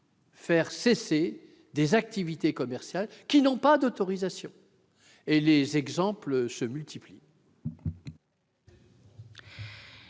faire cesser ces activités commerciales sans autorisation, et les exemples se multiplient